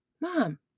Mom